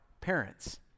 parents